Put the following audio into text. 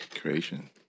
Creation